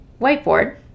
whiteboard